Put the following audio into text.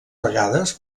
vegades